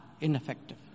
ineffective